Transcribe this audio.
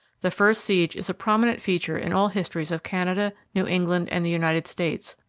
the first siege is a prominent feature in all histories of canada, new england, and the united states,